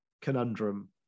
conundrum